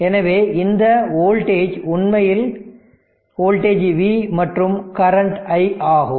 எனவே இந்த வோல்டேஜ் உண்மையில் வோல்டேஜ் V மற்றும் கரண்ட் i ஆகும்